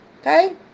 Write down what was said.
okay